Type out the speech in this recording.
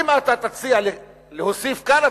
ואם אתה תציע להוסיף כאן,